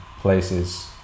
places